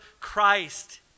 Christ